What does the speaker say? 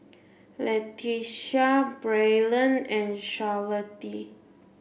Letitia Braylen and Charlottie